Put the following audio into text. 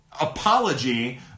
apology